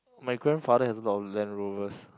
my grandfather has a lot of Land Rovers